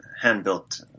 hand-built